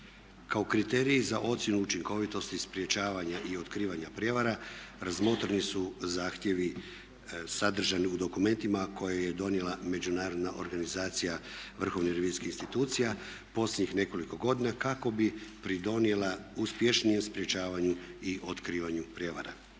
Kao kriteriji za ocjenu učinkovitosti, sprječavanja i otkrivanja prijevara razmotreni su zahtjevi sadržani u dokumentima koje je donijela Međunarodna organizacija vrhovnih revizijskih institucija posljednjih nekoliko godina kako bi pridonijela uspješnijem sprječavanju i otkrivanju prijevara.